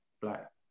black